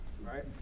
right